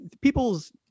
people's